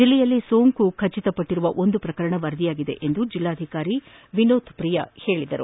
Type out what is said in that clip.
ಜಿಲ್ಲೆಯಲ್ಲಿ ಸೋಂಕು ಖಚಿತ ಪಟ್ಟರುವ ಒಂದು ಪ್ರಕರಣ ವರದಿಯಾಗಿದೆ ಎಂದು ಜಿಲ್ಲಾಧಿಕಾರಿ ವಿನೋತ್ ಪ್ರಿಯಾ ತಿಳಿಸಿದ್ದಾರೆ